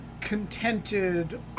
contented